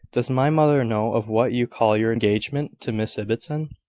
does my mother know of what you call your engagement to miss ibbotson?